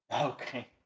Okay